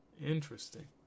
Interesting